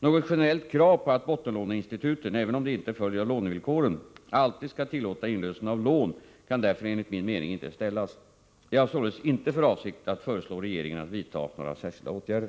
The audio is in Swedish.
Något generellt krav på att bottenlåneinstituten, även om det inte följer av lånevillkoren, alltid skall tillåta inlösen av lån kan därför enligt min mening inte ställas. Jag har således inte för avsikt att föreslå regeringen att vidta några särskilda åtgärder.